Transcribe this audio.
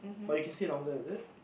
but you can stay longer is it